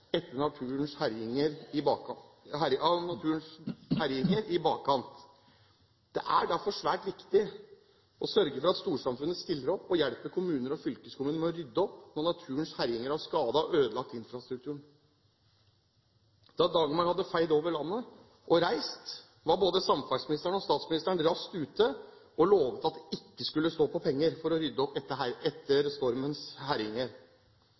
etter naturens herjinger, i bakkant. Det er derfor svært viktig å sørge for at storsamfunnet stiller opp og hjelper kommuner og fylkeskommuner med å rydde opp når naturens herjinger har skadet og ødelagt infrastrukturen. Da «Dagmar» hadde feid over landet og reist, var både samferdselsministeren og statsministeren raskt ute og lovet at det ikke skulle stå på penger for å rydde opp etter stormens herjinger.